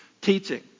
teaching